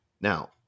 now